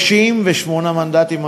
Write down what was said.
38 מנדטים,